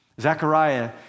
Zechariah